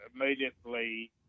immediately